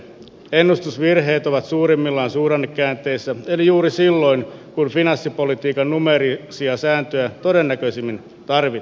ennustusvirheet ovat suurimmillaan suhdannekäänteissä eli juuri silloin kun finanssipolitiikan numeerisia sääntöjä todennäköisimmin rikotaan